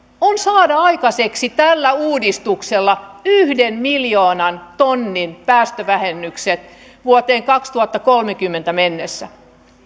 on saada aikaiseksi tällä uudistuksella yhden miljoonan tonnin päästövähennykset vuoteen kaksituhattakolmekymmentä mennessä